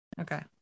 Okay